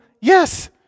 yes